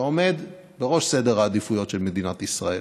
שעומד בראש סדר העדיפויות של מדינת ישראל,